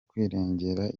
kwirengera